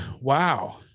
wow